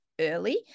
early